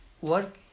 work